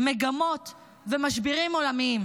מגמות ומשברים עולמיים,